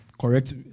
correct